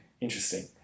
Interesting